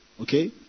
Okay